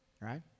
Right